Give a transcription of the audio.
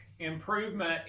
improvement